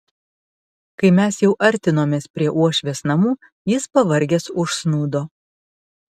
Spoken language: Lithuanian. kai mes jau artinomės prie uošvės namų jis pavargęs užsnūdo